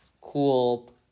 cool